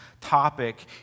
topic